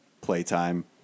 playtime